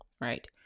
right